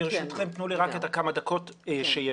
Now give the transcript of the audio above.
חשוב